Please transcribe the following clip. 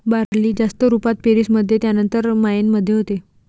barley जास्त रुपात पेरीस मध्ये त्यानंतर मायेन मध्ये होते